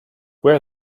where